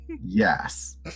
yes